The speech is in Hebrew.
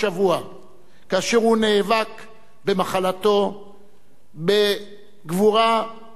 כאשר הוא נאבק במחלתו בגבורה בלתי-נתפסת,